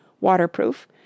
waterproof